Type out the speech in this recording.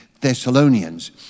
Thessalonians